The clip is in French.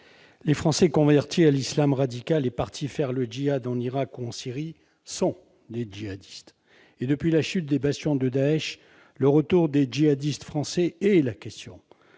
les Français convertis à l'islam radical et partis faire le djihad en Irak ou en Syrie sont des djihadistes. Depuis la chute des bastions de Daech, le retour des djihadistes français est « la » question